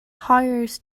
hires